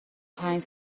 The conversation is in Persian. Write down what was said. پنج